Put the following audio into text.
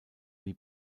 die